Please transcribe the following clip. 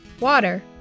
water